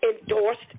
endorsed